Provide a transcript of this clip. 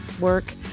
work